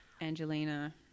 Angelina